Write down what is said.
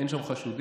אין שם חשודים,